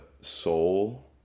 Soul